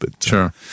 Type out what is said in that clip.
Sure